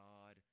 God